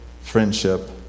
friendship